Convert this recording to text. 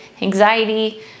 anxiety